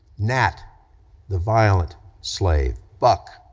nat the violent slave, buck,